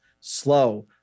slow